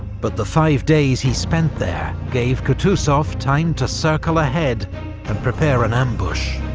but the five days he spent there gave kutuzov time to circle ahead and prepare an ambush.